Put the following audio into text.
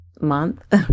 month